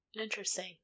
interesting